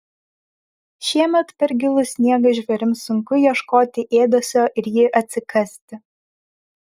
šiemet per gilų sniegą žvėrims sunku ieškoti ėdesio ir jį atsikasti